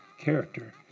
character